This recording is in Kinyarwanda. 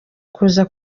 kuza